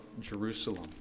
Jerusalem